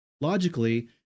logically